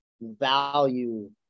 value